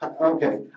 Okay